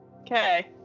Okay